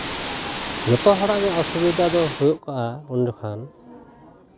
ᱡᱚᱛᱚ ᱦᱚᱲᱟᱜ ᱜᱮ ᱚᱥᱩᱵᱤᱫᱷᱟ ᱦᱩᱭᱩᱜᱼᱟ ᱩᱱ ᱡᱚᱠᱷᱟᱱ